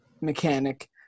mechanic